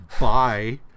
Bye